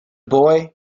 boy